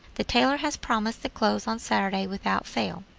the tailor has promised the clothes on saturday without fail,